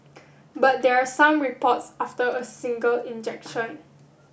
but there are some reports after a single injection